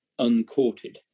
uncourted